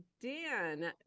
Dan